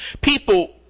people